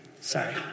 Sorry